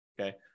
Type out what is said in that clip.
okay